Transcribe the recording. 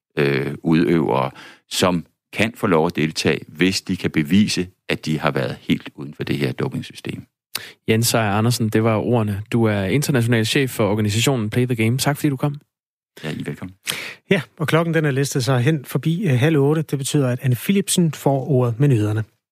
øh, udøvere, som kan få lov at deltage, hvis de kan bevise, at de har været helt uden for det her dopingsystem. Jens Sejer Andersen, det var ordene. Du er international chef for organisationen Play the Game. Tak, fordi du kom. Ja, I er velkommen. Ja, og klokken, den er listet sig hen forbi, øh, halv otte. Det betyder, at Anne Philipsen får ordet med nyhederne.